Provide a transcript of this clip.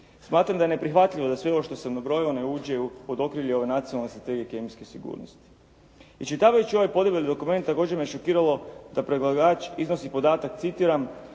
Smatram da je neprihvatljivo da sve ovo što sam nabrojao ne uđe pod okrilje ove Nacionalne strategije kemijske sigurnosti. Iščitavajući ovaj podeblji dokument također me šokiralo da predlagač iznosi podatak, citiram: